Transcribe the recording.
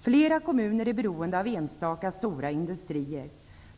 Flera kommuner är beroende av enstaka stora industrier.